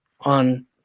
on